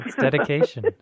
dedication